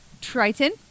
Triton